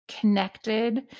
connected